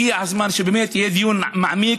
הגיע הזמן שבאמת יהיה דיון מעמיק,